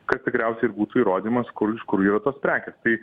kas tikriausiai ir būtų įrodymas kur iš kur yra tos prekės tai